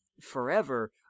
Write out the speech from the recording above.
forever